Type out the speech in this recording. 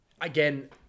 again